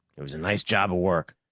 it was a nice job of work.